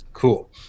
Cool